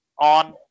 on